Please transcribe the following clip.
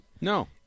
No